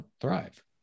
thrive